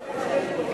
ממשלה.